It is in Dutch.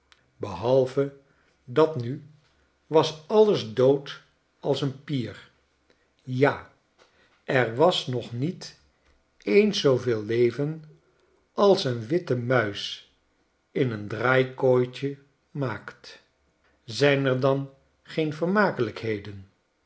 behalve dat nu was alles dood als een pier ja er was nog niet eens zooveel leven als een witte muis in een draaikooitje maakt zijn er dan geen